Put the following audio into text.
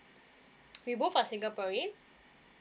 we both are singaporean